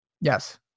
Yes